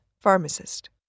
pharmacist